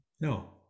No